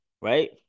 right